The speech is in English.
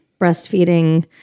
breastfeeding